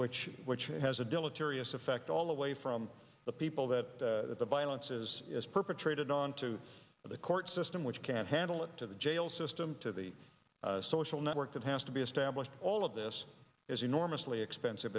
which which has a deleterious effect all the way from the people that the violence is is perpetrated on to the court system which can handle it to the jail system to the social network that has to be established all of this is enormously expensive